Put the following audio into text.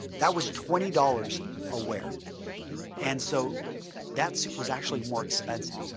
that was twenty dollars a wear. and so that suit was actually more expensive.